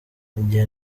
igihe